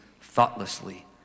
thoughtlessly